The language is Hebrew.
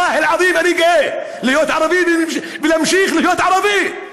אני גאה להיות ערבי ולהמשיך להיות ערבי.